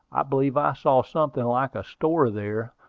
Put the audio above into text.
i believe i saw something like a store there,